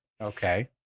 Okay